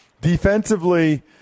Defensively